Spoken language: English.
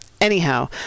Anyhow